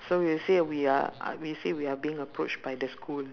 so we'll say we are we say we are being approached by the school